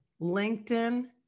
LinkedIn